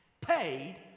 paid